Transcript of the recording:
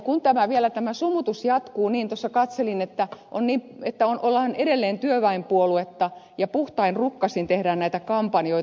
kun tämä sumutus vielä jatkuu niin tuossa katselin että ollaan edelleen työväenpuoluetta ja puhtain rukkasin tehdään näitä kampanjoita